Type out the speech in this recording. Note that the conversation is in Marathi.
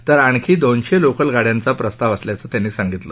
तर आणखी दोनशे लोकल गाड्यांचा प्रस्ताव असल्याचं त्यांनी सांगितलं